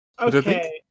Okay